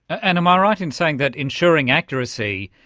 and am i right in saying that ensuring accuracy,